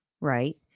right